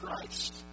Christ